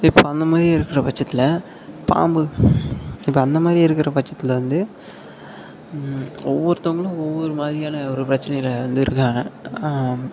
இப்போ அந்த மாதிரி இருக்கிற பட்சத்தில் பாம்பு அந்த மாதிரி இருக்கிற பட்சத்தில் வந்து ஒவ்வொருத்தவங்களும் ஒவ்வொரு மாதிரியான ஒரு பிரச்சனையில வந்து இருக்காங்கள்